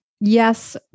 Yes